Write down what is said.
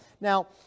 Now